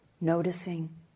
noticing